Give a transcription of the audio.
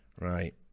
right